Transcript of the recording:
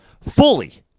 Fully